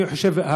אני חושב,